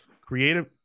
Creative